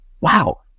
wow